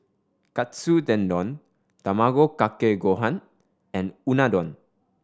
Katsu Tendon Tamago Kake Gohan and Unadon